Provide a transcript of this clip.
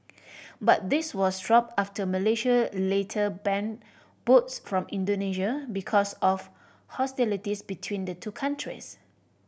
but this was dropped after Malaysia later banned boats from Indonesia because of hostilities between the two countries